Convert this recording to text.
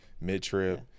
mid-trip